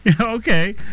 Okay